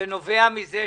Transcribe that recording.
נמוכה,